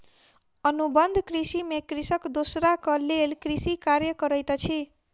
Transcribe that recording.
अनुबंध कृषि में कृषक दोसराक लेल कृषि कार्य करैत अछि